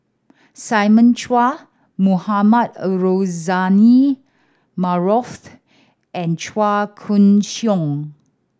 Simon Chua Mohamed Rozani Maarof and Chua Koon Siong